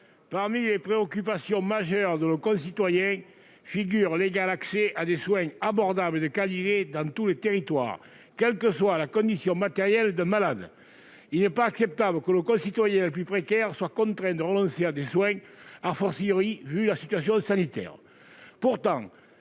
parmi les préoccupations majeures de nos concitoyens figure l'égal accès à des soins abordables et de qualité, dans tous les territoires, quelle que soit la situation matérielle d'un malade. Il n'est pas acceptable que nos concitoyens les plus précaires soient contraints de renoncer à des soins, surtout dans la situation sanitaire